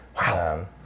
Wow